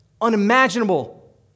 unimaginable